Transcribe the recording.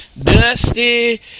dusty